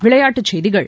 விளையாட்டு செய்திகள்